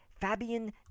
Fabian